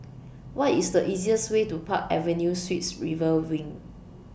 What IS The easiest Way to Park Avenue Suites River Wing